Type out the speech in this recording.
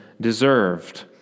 deserved